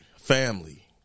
family